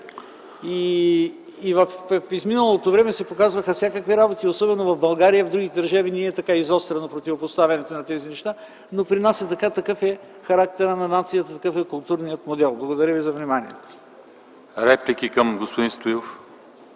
В изминалото време се показваха всякакви работи, особено в България. В другите държави не е така изострено противопоставянето на тези неща. Но при нас е така. Такъв е характерът на нацията, такъв е културният модел. Благодаря за вниманието.